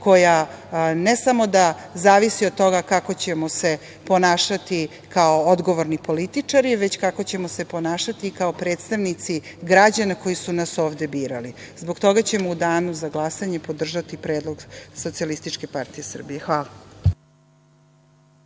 koja ne samo da zavisi od toga kako ćemo se ponašati kao odgovorni političari, već kakoćemo se ponašati kao predstavnici građana koji su nas ovde birali. Zbog toga ćemo u danu za glasanje podržati predlog SPS. Hvala.